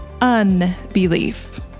unbelief